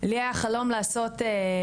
לי היה חלום לעשות 120,